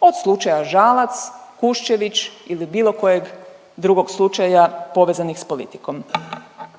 od slučaja Žalac, Kuščević ili bilo kojeg drugog slučaja povezanih s politikom.